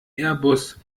airbus